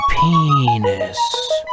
penis